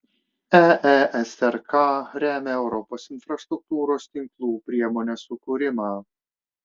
eesrk remia europos infrastruktūros tinklų priemonės sukūrimą